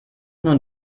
nun